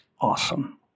awesome